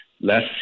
less